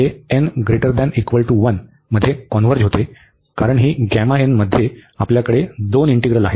तर येथे हे n≥1 मध्ये कॉन्व्हर्ज होते कारण ही मध्ये आपल्याकडे दोन इंटीग्रल आहेत